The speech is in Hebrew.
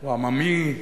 הוא עממי,